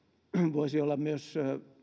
voisi olla myös